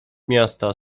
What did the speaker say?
miasta